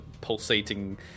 pulsating